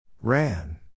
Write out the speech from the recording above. Ran